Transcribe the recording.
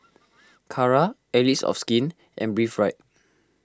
Kara Allies of Skin and Breathe Right